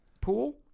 pool